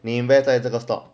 你 invest 在这个 stock